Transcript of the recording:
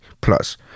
plus